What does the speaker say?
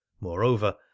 Moreover